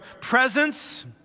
presence